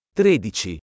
tredici